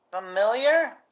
familiar